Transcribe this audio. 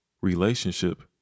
relationship